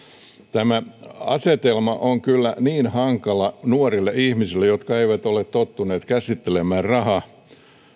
tämä asetelma on kyllä niin hankala nuorille ihmisille jotka eivät ole tottuneet käsittelemään rahaa